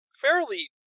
fairly